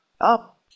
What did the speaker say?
up